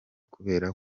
kubera